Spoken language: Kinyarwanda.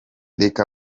reka